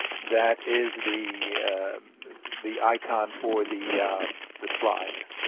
that is the the icon for the the slides.